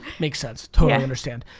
makes sense, totally understand.